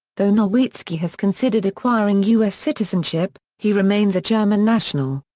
though nowitzki has considered acquiring u s. citizenship, he remains a german national.